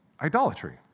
idolatry